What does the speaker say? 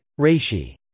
reishi